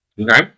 Okay